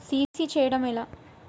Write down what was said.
CC చేయడము ఎలా?